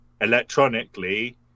Electronically